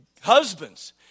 husbands